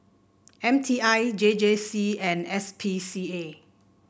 M T I J J C and S P C A